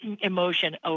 emotion